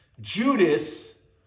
Judas